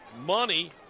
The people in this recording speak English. money